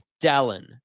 Dallin